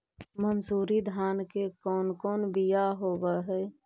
मनसूरी धान के कौन कौन बियाह होव हैं?